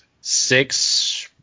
Six